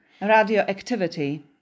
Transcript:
radioactivity